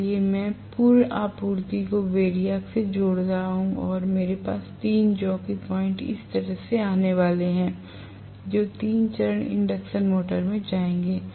इसलिए मैं पूर्ण आपूर्ति को वैरिएक से जोड़ रहा हूं और मेरे पास 3 जॉकी पॉइंट्स इस तरह से आने वाले हैं जो 3 चरण इंडक्शन मोटर में जाएंगे